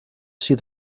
see